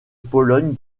pologne